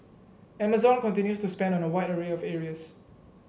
Amazon continues to spend on a wide array of areas